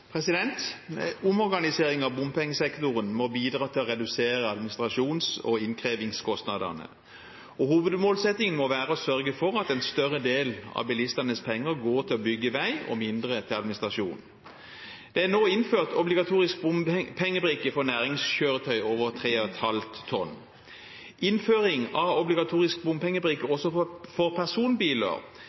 Omorganisering av bompengesektoren må bidra til å redusere administrasjons- og innkrevingskostnadene, og hovedmålsettingen må være å sørge for at en større del av bilistenes penger går til å bygge vei og mindre til administrasjon. Det er nå innført obligatorisk bompengebrikke for næringskjøretøy over 3,5 tonn. Innføring av obligatorisk bompengebrikke også for personbiler